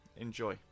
enjoy